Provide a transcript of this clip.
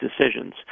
decisions